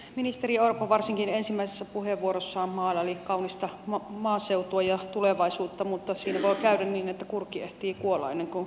ministeri orpo varsinkin ensimmäisessä puheenvuorossaan maalaili kaunista maaseutua ja tulevaisuutta mutta siinä voi käydä niin että kurki ehtii kuolla ennen kuin suo sulaa